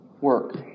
work